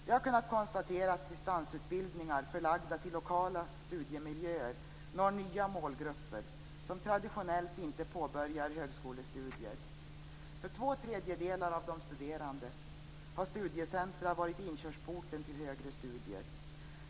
Vi har kunnat konstatera att distansutbildningar förlagda till lokala studiemiljöer når nya målgrupper som traditionellt inte påbörjar högskolestudier. För två tredjedelar av de studerande har studiecentrum varit inkörsporten till högre studier.